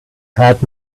had